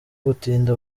gutinda